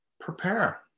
prepare